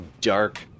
dark